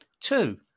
Two